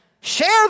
Share